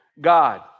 God